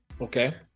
Okay